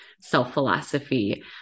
self-philosophy